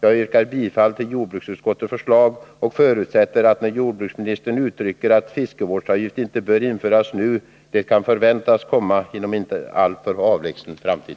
Jag yrkar bifall till jordbruksutskottets förslag och förutsätter att, när jordbruksministern uttalar att fiskevårdsavgift inte bör införas nu, en sådan kan förväntas komma inom en inte alltför avlägsen framtid.